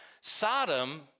Sodom